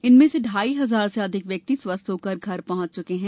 इनमें से ढाई हजार से अधिक व्यक्ति स्वस्थ होकर घर पहुंच चुके हैं